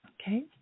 Okay